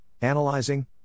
analyzing